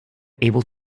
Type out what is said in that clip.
able